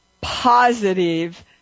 positive